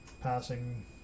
passing